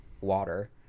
water